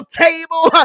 table